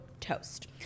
toast